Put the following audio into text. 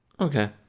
Okay